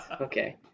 Okay